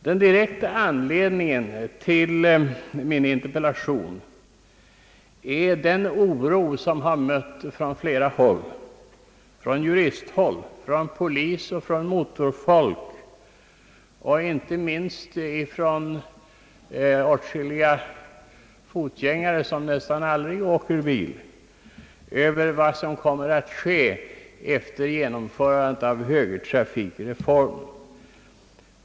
Den direkta anledningen till min interpellation är den oro, som jag mött från juristhåll, polis och motorfolk samt inte minst från åtskilliga fotgängare som nästan aldrig åker bil, över vad som kommer att ske efter genomförandet av högertrafikreformen.